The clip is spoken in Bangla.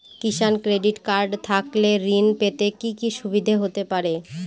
কিষান ক্রেডিট কার্ড থাকলে ঋণ পেতে কি কি সুবিধা হতে পারে?